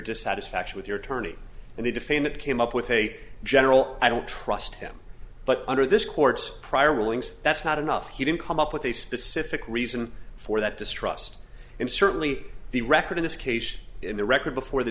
dissatisfaction with your attorney and he defamed it came up with a general i don't trust him but under this court's prior wings that's not enough he didn't come up with a specific reason for that distrust and certainly the record in this case in the record before the